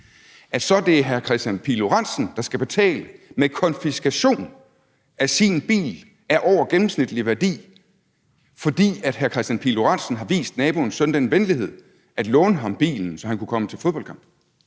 det så er hr. Kristian Pihl Lorentzen, der skal betale med konfiskation af sin bil af over gennemsnitlig værdi, fordi hr. Kristian Pihl Lorentzen har vist naboens søn den venlighed at låne ham bilen, så han kunne komme til fodboldkamp?